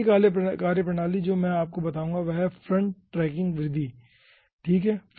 पहली कार्यप्रणाली जो मैं आपको बताऊंगा वह है फ्रंट ट्रैकिंग विधि ठीक है